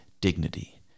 dignity